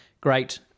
Great